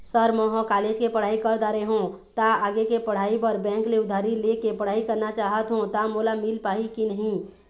Sir म ह college के पढ़ाई कर दारें हों ता आगे के पढ़ाई बर बैंक ले उधारी ले के पढ़ाई करना चाहत हों ता मोला मील पाही की नहीं?